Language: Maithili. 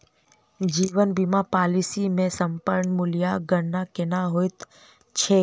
जीवन बीमा पॉलिसी मे समर्पण मूल्यक गणना केना होइत छैक?